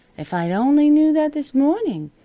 if i'd only knew that this morning.